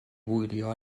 wylio